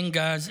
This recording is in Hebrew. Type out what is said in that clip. אין גז,